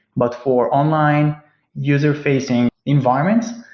but for online user-facing environments.